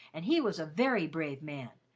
and he was a very brave man,